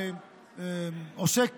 שעוסק